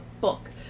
book